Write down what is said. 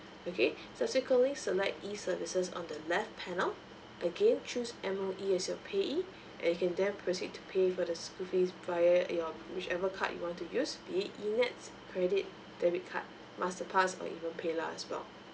okay subsequently select e services on the left panel again choose M_O_E as your payee and you can then proceed to paying for the school fees via your whichever card you want to use be it e nets credit debit card master pass or even PayLah as well